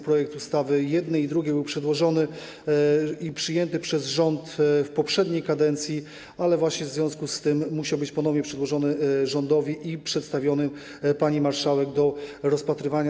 Projekt ustawy jednej i drugiej był przedłożony i przyjęty przez rząd w poprzedniej kadencji, ale właśnie w związku z tym musiał być ponownie przedłożony rządowi i przedstawiony pani marszałek do rozpatrywania.